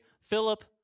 Philip